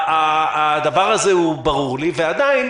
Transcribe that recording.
הדבר הזה הוא ברור לי ועדין,